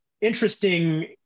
interesting